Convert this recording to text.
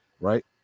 right